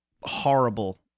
horrible